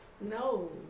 No